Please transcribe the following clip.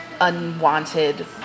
unwanted